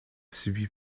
subi